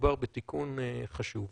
מדובר בתיקון חשוב.